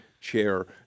chair